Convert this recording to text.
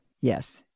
Yes